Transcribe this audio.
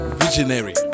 visionary